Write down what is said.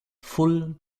full